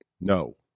No